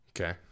Okay